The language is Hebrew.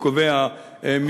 הוא קובע מסגרת,